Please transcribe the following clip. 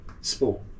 sport